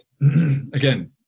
Again